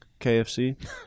KFC